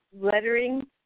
lettering